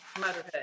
motherhood